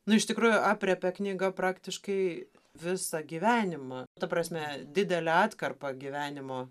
nu iš tikrųjų aprėpia knyga praktiškai visą gyvenimą ta prasme didelę atkarpą gyvenimo